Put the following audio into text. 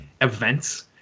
events